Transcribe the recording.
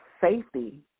safety